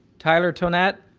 tyler tonet